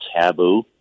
taboo